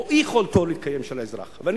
או אי-יכולתו של האזרח להתקיים.